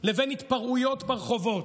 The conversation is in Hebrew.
לבין התפרעויות ברחובות,